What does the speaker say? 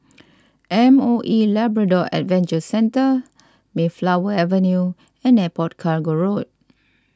M O E Labrador Adventure Centre Mayflower Avenue and Airport Cargo Road